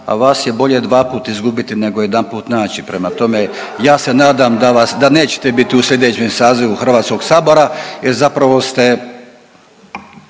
a vas je bolje dvaput izgubiti nego jedanput naći, prema tome ja se nadam da nećete bit u slijedećem sazivu HS jer zapravo ste,